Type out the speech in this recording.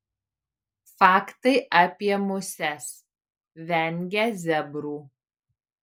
faktai apie muses vengia zebrų